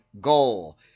goal